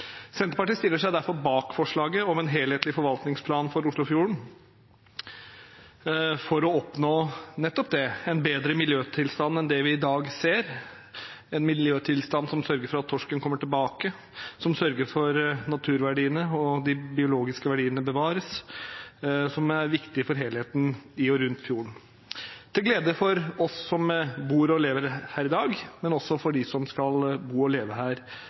Senterpartiet stiller seg derfor bak forslaget om en helhetlig forvaltningsplan for Oslofjorden, for å oppnå nettopp det – en bedre miljøtilstand enn det vi i dag ser, en miljøtilstand som sørger for at torsken kommer tilbake, som sørger for at naturverdiene og de biologiske verdiene bevares, noe som er viktig for helheten i og rundt fjorden – til glede for oss som bor og lever her i dag, men også for dem som skal bo og leve her